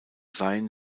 seien